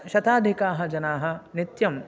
शताधिकाः जनाः नित्यं